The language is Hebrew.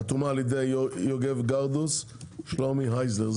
שחתומה על ידי יוגב גרדוס ושלומי הייזנר.